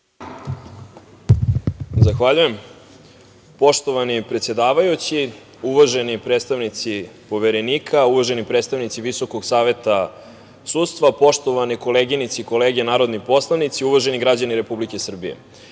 Zahvaljujem, poštovani predsedavajući. Uvaženi predstavnici poverenika, uvaženi predstavnici Visokog saveta sudstva, poštovane koleginice i kolege narodni poslanici, uvaženi građani Republike Srbije,